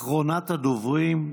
אחרונת הדוברים,